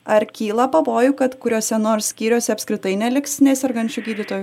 ar kyla pavojų kad kuriuose nors skyriuose apskritai neliks nesergančių gydytojų